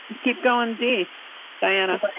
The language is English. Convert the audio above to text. keep going d diana.